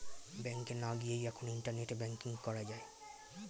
ব্যাংকে না গিয়েই এখন ইন্টারনেটে ব্যাঙ্কিং করা যায়